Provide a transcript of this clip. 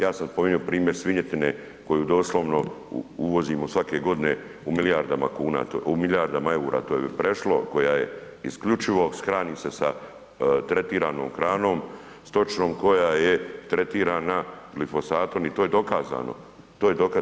Ja sam spominjao primjer svinjetine koju doslovno uvozimo svake godine u milijardama kuna, u milijardama eura, to je prešlo, koja je isključivo hrani se sa tretiranom hranom, stočnom koja je tretirana glifosatom i to je dokazano, to je dokazano.